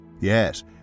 Yes